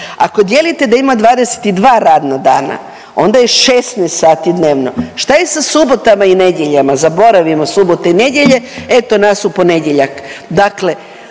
Ako dijelite da ima 22 radna dana, onda je 16 sati dnevno. Šta je sa subotama i nedjeljama, zaboravimo subote i nedjelje, eto nas u ponedjeljak.